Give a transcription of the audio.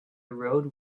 road